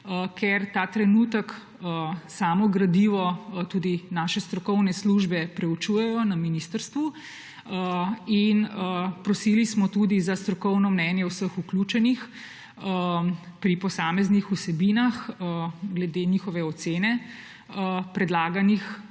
ker ta trenutek samo gradivo tudi naše strokovne službe preučujejo na ministrstvu. Prosili smo tudi za strokovno mnenje vseh vključenih pri posameznih vsebinah glede njihove ocene predlaganih